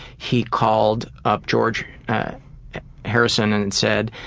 he called up george harrison and and said,